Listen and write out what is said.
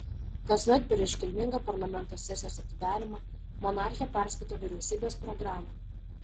kasmet per iškilmingą parlamento sesijos atidarymą monarchė perskaito vyriausybės programą